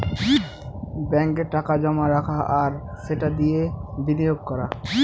ব্যাঙ্কে টাকা জমা রাখা আর সেটা দিয়ে বিনিয়োগ করা